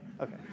Okay